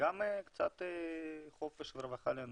וגם קצת חופש ורווחה לאנשים.